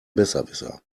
besserwisser